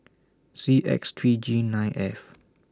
C X three G nine F